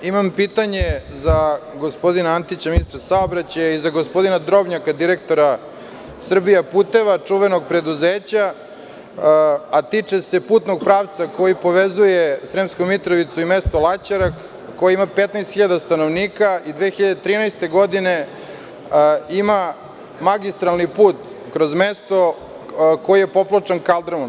Imam pitanje za ministra saobraćaja i za gospodina Drobnjaka, direktora „Srbijaputevi“, tog čuvenog preduzeća, a tiče se putnog pravca koji povezuje Sremsku Mitrovicu i mesto Laćarak koji ima 15 hiljada stanovnika i 2013. godine ima magistralni put kroz mesto koje je popločano kaldrmom.